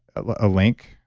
a link,